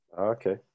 Okay